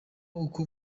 uko